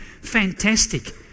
Fantastic